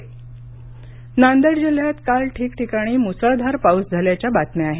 पाऊस नांदेड नांदेड जिल्ह्यात काल ठिकठिकाणी मुसळधार पाऊस झाल्याच्या बातम्या आहेत